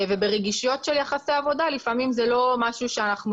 וברגישויות של יחסי עבודה לפעמים זה לא משהו שאנחנו